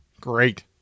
Great